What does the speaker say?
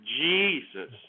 Jesus